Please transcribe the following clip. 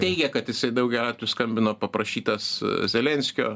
teigia kad jisai daugeliu atvejų skambino paprašytas zelenskio